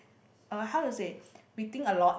uh how to say we think a lot